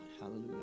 Hallelujah